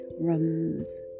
rums